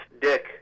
Dick